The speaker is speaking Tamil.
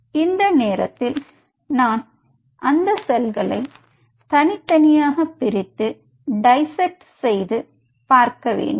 இந்த நேரத்தில் நான் அந்த செல்களை தனித்தனியாக பிரித்து டைசெக்ட் செய்து பார்க்கவேண்டும்